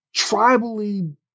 tribally